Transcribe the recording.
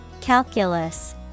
Calculus